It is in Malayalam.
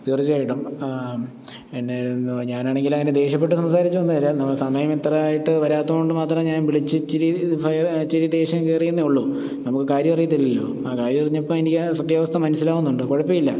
തീർച്ചയായിട്ടും പിന്നെ ഞാനാണങ്കിലങ്ങനെ ദേഷ്യപ്പെട്ട് സംസാരിച്ചൊന്നുമല്ല സമയം ഇത്ര ആയിട്ട് വരാത്തതുകൊണ്ട് മാത്രം ഞാൻ വിളിച്ച് ഇച്ചിരി ഫയർ ഇച്ചിരി ദേഷ്യം കേറിയെന്നെ ഉള്ളു നമുക്ക് കാര്യം അറിയത്തില്ലല്ലോ ആ കാര്യമറിഞ്ഞപ്പോൾ ആ എനിക്ക് സത്യാവസ്ഥ മനസ്സിലാകുന്നുണ്ട് കുഴപ്പമില്ല